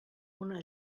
una